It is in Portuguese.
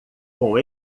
com